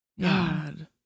God